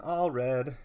Allred